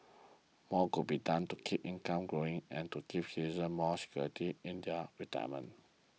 more could be done to keep incomes growing and to give citizens more security in done retirement